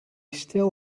still